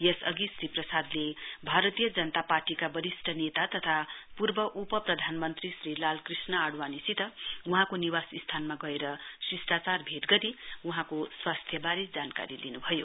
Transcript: यसअघि श्री प्रसादले भारतीय जनता पार्टीका वरिष्ट नेता तथा पूर्व उपप्रधानमन्त्री श्री लाल कृष्ण आडवाणीसित वहाँको निवासस्थानमा शष्टाचार भेट गरी वहाँको स्वास्थ्यवारे जानकारी लिनुभयो